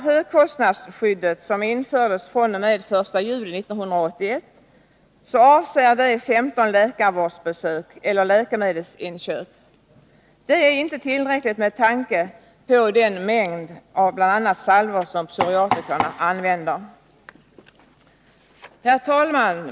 Högkostnadsskyddet, som infördes fr.o.m. den 1 juli 1981, avser endast 15 läkarvårdsbesök eller läkemedelsinköp. Det är inte tillräckligt, med tanke på den mängd av bl.a. salvor som psoriatikerna använder. Herr talman!